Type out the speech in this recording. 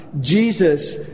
Jesus